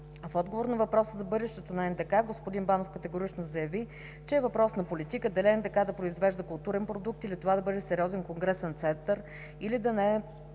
В отговор на въпроса за бъдещето на НДК господин Банов категорично заяви, че е въпрос на политика дали НДК да произвежда културен продукт, или това да бъде сериозен конгресен център, или да наема